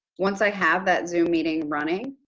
once i have that zoom meeting running,